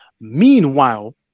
Meanwhile